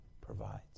provides